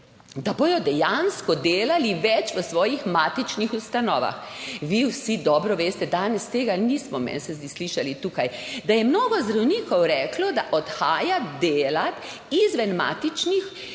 da bodo dejansko delali več v svojih matičnih ustanovah. Vi vsi dobro veste, danes tega nismo, meni se zdi, slišali tukaj, da je mnogo zdravnikov reklo, da odhaja delati izven matičnih